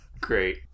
Great